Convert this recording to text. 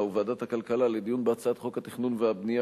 וועדת הכלכלה לדיון בהצעת חוק התכנון והבנייה,